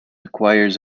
acquires